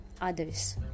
others